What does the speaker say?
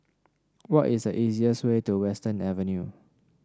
what is the easiest way to Western Avenue